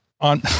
on